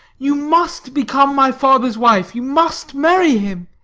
you must become my father's wife. you must marry him.